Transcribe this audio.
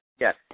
Yes